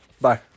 Bye